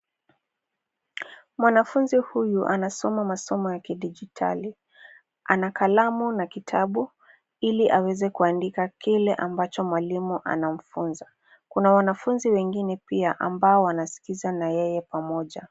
Mwanafunzi huyu anasoma masomo ya kidijitali. Ana kalamu na kitabu, ili aweze kuandika kile ambacho mwalimu anamfunza. Kuna wanafunzi wengine pia ambao wanasikiza na yeye pamoja.